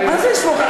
מה זה לסמוך?